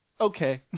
okay